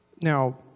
Now